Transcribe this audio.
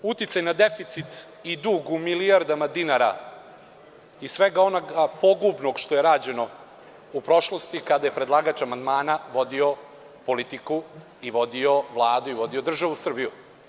U ruci imam uticaj na deficit i dug u milijardama dinara i svega onog pogubnog što je rađeno u prošlosti, kada je predlagač amandmana vodio politiku, vodio Vladu i vodio državu Srbiju.